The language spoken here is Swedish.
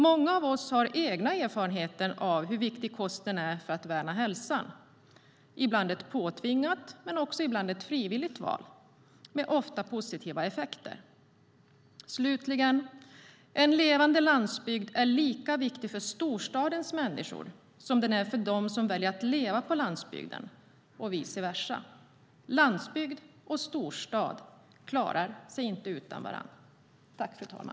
Många av oss har egna erfarenheter av hur viktig kosten är för att värna hälsan. Ibland är det ett påtvingat, ibland ett frivilligt val, men ofta har det positiva effekter. Slutligen: En levande landsbygd är lika viktig för storstadens människor som den är för dem som väljer att leva på landsbygden - och vice versa. Landsbygd och storstad klarar sig inte utan varandra.